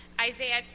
Isaiah